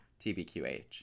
TBQH